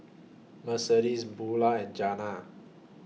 Mercedes Bulah and Jana